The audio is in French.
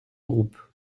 groupe